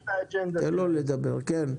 את האג'נדה שלהם.